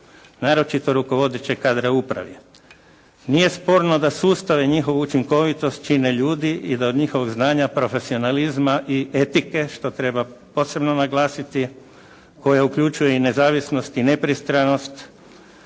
Naročito rukovodećeg kadra u upravi. Nije sporno da sustav i njihovu učinkovitost čine ljudi i da od njihovog znanja, profesionalizma i etike što treba posebno naglasiti koja uključuje i nezavisnost i nepristranost